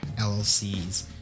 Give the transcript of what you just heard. LLCs